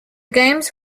games